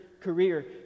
career